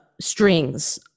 strings